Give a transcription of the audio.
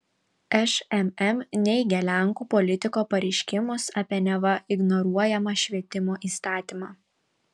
šmm neigia lenkų politiko pareiškimus apie neva ignoruojamą švietimo įstatymą